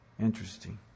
Interesting